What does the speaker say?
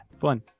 fun